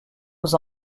aux